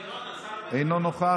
אינו נוכח,